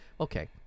okay